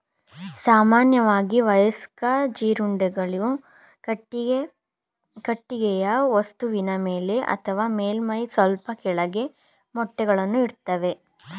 ಸಾಮಾನ್ಯವಾಗಿ ವಯಸ್ಕ ಜೀರುಂಡೆಗಳು ಕಟ್ಟಿಗೆಯ ವಸ್ತುವಿನ ಮೇಲೆ ಅಥವಾ ಮೇಲ್ಮೈಯ ಸ್ವಲ್ಪ ಕೆಳಗೆ ಮೊಟ್ಟೆಗಳನ್ನು ಇಡ್ತವೆ